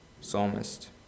psalmist